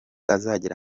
azagera